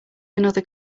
another